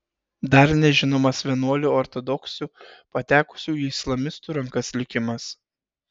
dar nežinomas vienuolių ortodoksių patekusių į islamistų rankas likimas